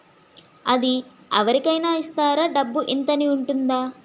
అది అవరి కేనా ఇస్తారా? డబ్బు ఇంత అని ఉంటుందా?